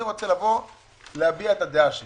אני רוצה לבוא ולהביע את הדעה שלי.